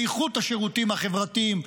באיכות השירותים החברתיים,